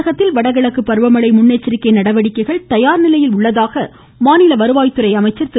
தமிழகத்தில் வடகிழக்கு பருவமழை முன்னெச்சரிக்கை நடவடிக்கைகள் தயார் நிலையில் உள்ளதாக மாநில வருவாய் துறை அமைச்சர் திரு